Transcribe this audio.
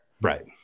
Right